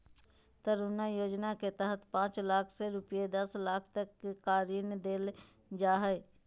तरुण योजना के तहत पांच लाख से रूपये दस लाख तक का ऋण देल जा हइ